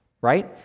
right